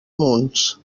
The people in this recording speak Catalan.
munts